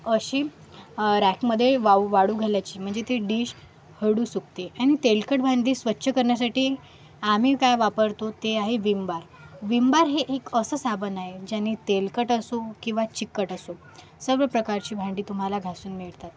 अशी रॅकमध्ये वाउ वाळू घालायची म्हणजे ते डिश हळू सुकते आणि तेलकट भांडे स्वच्छ करण्यासाठी आम्ही काय वापरतो ते आहे विम बार विम बार हे एक असं साबण आहे ज्याने तेलकट असो किंवा चिकट असो सर्व प्रकारची भांडी तुम्हाला घासून मिळतात